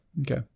okay